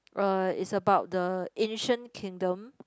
uh it's about the ancient kingdom